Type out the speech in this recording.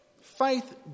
faith